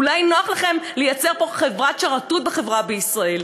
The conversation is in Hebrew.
אולי נוח לכם לייצר פה חברת שרתות בחברה בישראל,